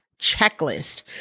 Checklist